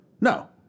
No